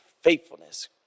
faithfulness